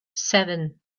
seven